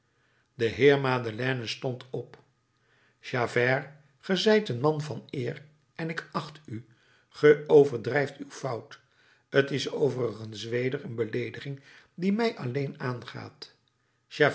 de heer madeleine stond op javert ge zijt een man van eer en ik acht u ge overdrijft uw fout t is overigens weder een beleediging die mij alleen aangaat